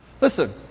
Listen